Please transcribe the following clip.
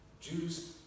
Jews